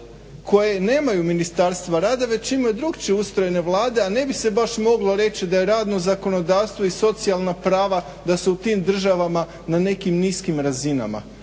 koje nemaju Ministarstva rada već imaju drukčije ustrojene Vlade, a ne bi se baš moglo reći da je radno zakonodavstvo i socijalna prava da su u tim državama na nekim niskim razinama.